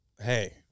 Hey